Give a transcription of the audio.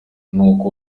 nuko